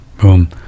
Boom